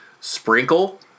Sprinkle